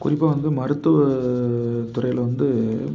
குறிப்பாக வந்து மருத்துவ துறையில் வந்து